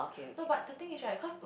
no but the thing is right cause